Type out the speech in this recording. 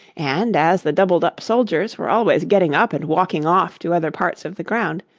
and, as the doubled-up soldiers were always getting up and walking off to other parts of the ground,